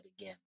again